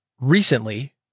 recently